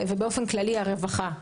והרווחה באופן כללי לדוגמה,